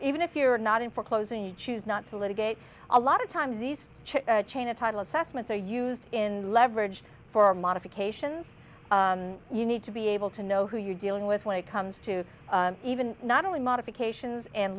even if you're not in foreclosing you choose not to litigate a lot of times these chain of title assessments are used in leverage for modifications you need to be able to know who you're dealing with when it comes to even not only modifications and